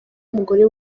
umugore